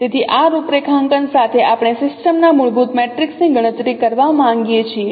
તેથી આ રૂપરેખાંકન સાથે આપણે સિસ્ટમના મૂળભૂત મેટ્રિક્સની ગણતરી કરવા માંગીએ છીએ